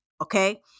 okay